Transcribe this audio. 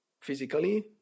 physically